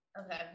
Okay